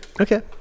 Okay